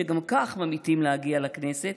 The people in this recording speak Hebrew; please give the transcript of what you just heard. שגם כך ממעיטים להגיע לכנסת,